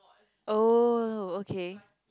oh okay